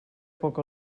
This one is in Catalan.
poc